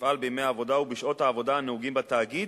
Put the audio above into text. שיפעל בימי העבודה ובשעות העבודה הנהוגים בתאגיד,